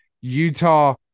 utah